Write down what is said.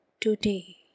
today